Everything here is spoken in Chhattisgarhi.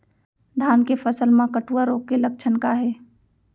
धान के फसल मा कटुआ रोग के लक्षण का हे?